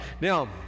Now